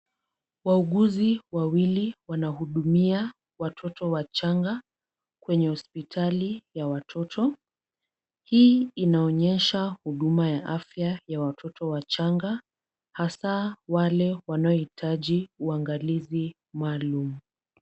Wauguzi wawili wanahudumia watoto wachanga kwenye hospitali ya watoto. Hii inaonyesha huduma ya afya ya watoto wachanga hasa wale wanaohitaji uangalizi maalum.